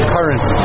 Current